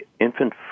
infant